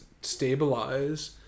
stabilize